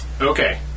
Okay